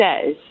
says